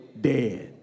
dead